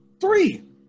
Three